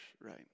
right